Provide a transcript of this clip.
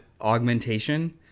augmentation